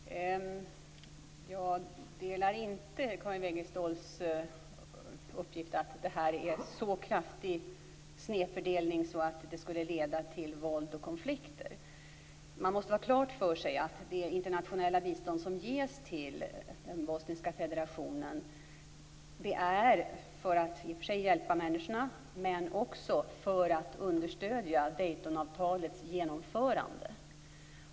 Herr talman! Jag håller inte med när det gäller Karin Wegeståls uppgift om att det är en så kraftig snedfördelning att det skulle leda till våld och konflikter. Man måste ha klart för sig att det internationella bistånd som ges till den bosniska federationen är till för att hjälpa människorna och för att understödja Daytonavtalets genomförande.